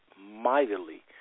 mightily